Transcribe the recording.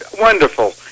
Wonderful